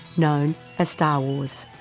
known as star wars.